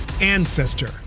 Ancestor